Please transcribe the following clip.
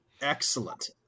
Excellent